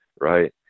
right